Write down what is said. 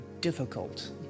difficult